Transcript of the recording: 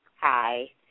Hi